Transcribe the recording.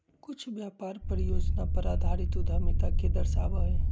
कुछ व्यापार परियोजना पर आधारित उद्यमिता के दर्शावा हई